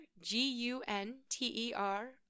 G-U-N-T-E-R